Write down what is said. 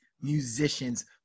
musicians